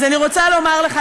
אז אני רוצה לומר לך,